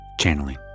Channeling